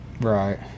Right